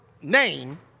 name